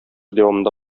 дәвамында